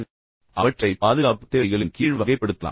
எனவே அவற்றை பாதுகாப்புத் தேவைகளின் கீழ் வகைப்படுத்தலாம்